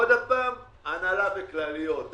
אז עוד פעם הוצאות הנהלה וכלליות?